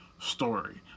story